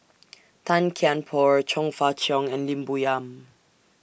Tan Kian Por Chong Fah Cheong and Lim Bo Yam